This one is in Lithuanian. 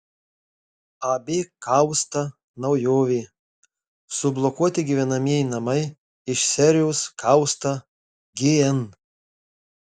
ab kausta naujovė sublokuoti gyvenamieji namai iš serijos kausta gn